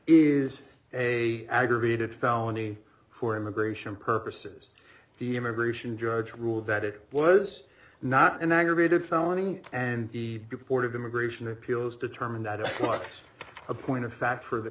is a aggravated felony for immigration purposes the immigration judge ruled that it was not an aggravated felony and the report of immigration appeals determined that marks a point of fact for the